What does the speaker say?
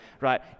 right